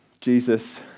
Jesus